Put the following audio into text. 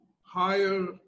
higher